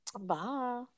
Bye